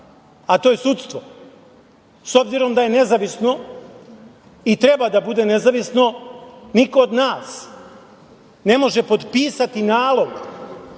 a to je sudstvo. S obzirom da je nezavisno i treba da bude nezavisno, niko od nas ne može potpisati nalog